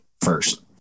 first